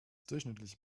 durchschnittliche